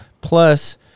Plus